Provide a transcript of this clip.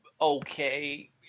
okay